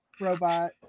robot